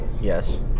Yes